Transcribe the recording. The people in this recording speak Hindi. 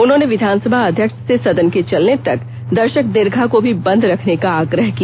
उन्होंने विधानसभा अध्यक्ष से सदन के चलने तक दर्षक दीर्घा को भी बंद रखने का आग्रह किया